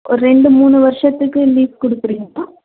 ஒரு ரெண்டு மூணு வருஷத்துக்கு லீஸ் கொடுக்குறீங்களா